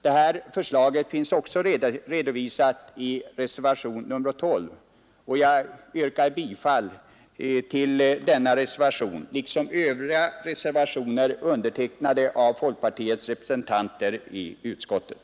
Detta förslag finns också redovisat i reservationen 12, och jag yrkar bifall till denna liksom till övriga reservationer undertecknade av folkpartiets representanter i utskottet.